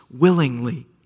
willingly